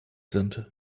sind